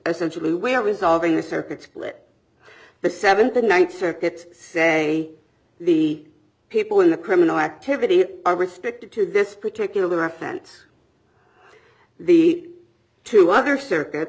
essentially we are resolving the circuit split the seventh the ninth circuit say the people in the criminal activity are restricted to this particular offense the two other circuit